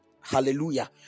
Hallelujah